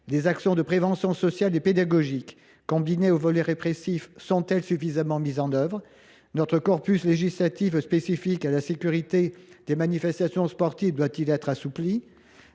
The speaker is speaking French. les actions de prévention sociale et pédagogique, combinées avec le volet répressif, sont elles suffisamment mises en œuvre ? Notre corpus législatif relatif à la sécurité des manifestations sportives doit il être assoupli ?